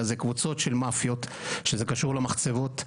אלא זה קבוצות של מאפיות שזה קשור למחצבות,